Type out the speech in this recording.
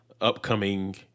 upcoming